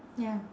ya